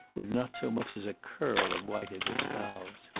with not so much as a curl of white at its bows.